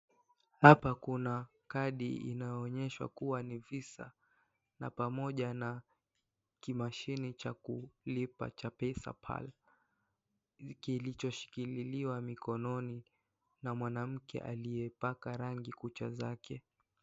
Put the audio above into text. Hapa kuna kadi inayoonyeshwa kuwa ni visa na pamoja na kimashine cha kulipa cha pesapal kilichoshikiliwa mikononi na mwanamke aliyepaka rangi kucha zake.